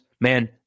man